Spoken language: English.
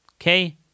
Okay